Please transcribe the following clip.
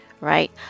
right